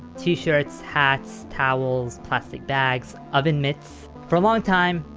t-shirts, hats, towels, plastic bags, oven mitts. for a long time,